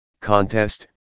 contest